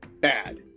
bad